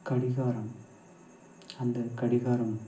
கடிகாரம் அந்த கடிகாரம்